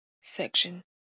section